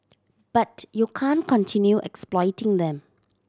but you can't continue exploiting them